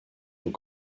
aux